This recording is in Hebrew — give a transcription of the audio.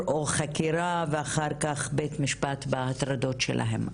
חקירה ואחר כך בבית המשפט עקב ההטרדות שלהם.